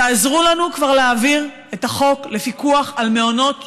תעזרו לנו כבר להעביר את החוק לפיקוח על מעונות יום.